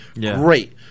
great